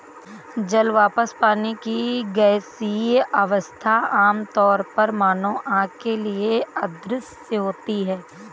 जल वाष्प, पानी की गैसीय अवस्था, आमतौर पर मानव आँख के लिए अदृश्य होती है